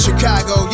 Chicago